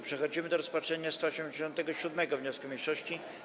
Przechodzimy do rozpatrzenia 187. wniosku mniejszości.